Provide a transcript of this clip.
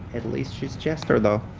at least she's jester though.